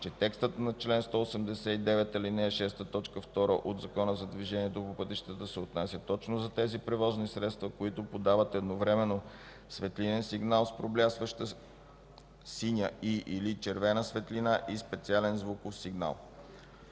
че текстът на чл. 189, ал. 6, т. 2 от ЗДвП се отнася точно за тези превозни средства, които подават едновременно светлинен сигнал с проблясваща синя и/или червена светлина и специален звуков сигнал.